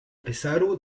pesaro